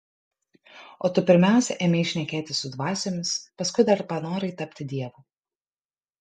o tu pirmiausia ėmei šnekėtis su dvasiomis paskui dar panorai tapti dievu